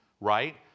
right